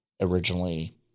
originally